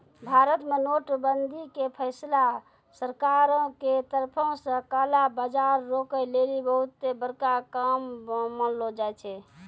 भारत मे नोट बंदी के फैसला सरकारो के तरफो से काला बजार रोकै लेली बहुते बड़का काम मानलो जाय छै